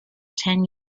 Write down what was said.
ten